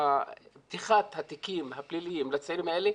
פתיחת התיקים הפליליים לצעירים האלה,